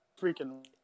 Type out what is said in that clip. freaking